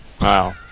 Wow